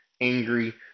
angry